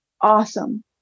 awesome